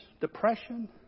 depression